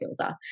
filter